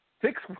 Six